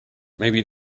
maybe